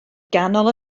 ganol